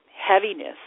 heaviness